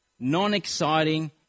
Non-exciting